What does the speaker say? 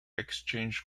exchange